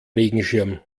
regenschirm